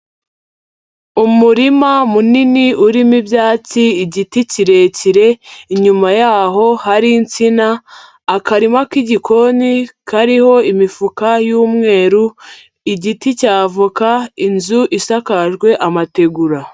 Umurima munini urimo ibyatsi, igiti kirekire, inyuma yaho hari insina, akarima k'igikoni kariho imifuka y'umweru, igiti cy'avoka, inzu isakajwe amategura.